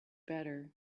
better